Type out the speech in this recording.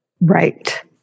Right